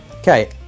Okay